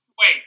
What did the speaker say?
Wait